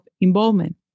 involvement